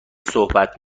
صحبت